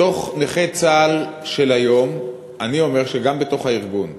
בתוך נכי צה"ל של היום אני אומר שגם בתוך הארגון,